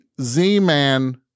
Z-Man